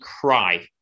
cry